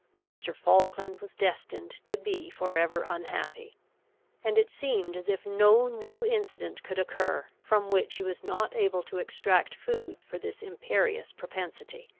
mr. falkland was destined to be for ever unhappy and it seemed as if no new incident could occur, from which he was not able to extract food for this imperious propensity.